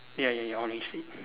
ya ya on his seat